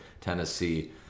tennessee